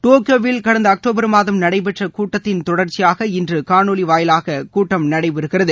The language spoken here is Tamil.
டோக்கியோவில் கடந்த அக்டோபர் மாதம் நடைபெற்ற கூட்டத்தின் தொடர்ச்சியாக இன்று காணொலி வாயிலாக கூட்டம் நடைபெறுகிறது